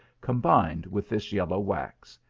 combined with this yellow wax.